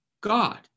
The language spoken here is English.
God